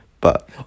But-